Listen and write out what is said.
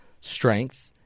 strength